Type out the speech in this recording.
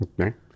Okay